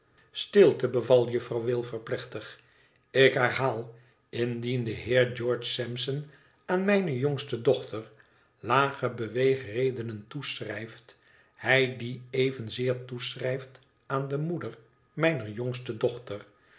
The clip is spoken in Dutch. stilte beval juffrouw wilfer plechtig ik herhaal indien de heer oeorge sampson aan mijne jongste dochter lage beweegredenen toeschrijft hij die evenzeer toeschrijft aan de moeder mijner jongste dochter